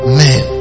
man